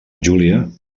júlia